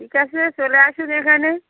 ঠিক আছে চলে আসুন এখানে